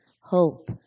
hope